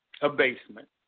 abasement